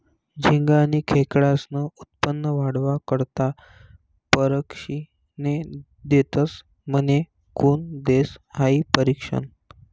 झिंगा आनी खेकडास्नं उत्पन्न वाढावा करता परशिक्षने देतस म्हने? कोन देस हायी परशिक्षन?